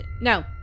No